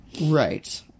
Right